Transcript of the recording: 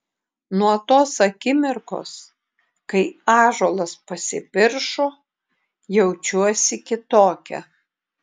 nuo tos akimirkos kai ąžuolas pasipiršo jaučiuosi kitokia